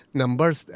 numbers